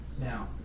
Now